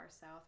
south